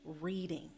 reading